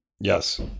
Yes